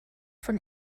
von